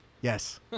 yes